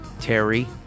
Terry